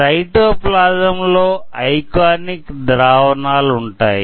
cytoplasm లో ionic ద్రావణాలు ఉంటాయి